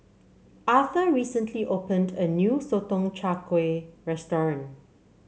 Arthur recently opened a new Sotong Char Kway restaurant